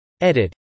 Edit